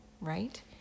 right